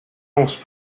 horse